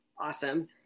awesome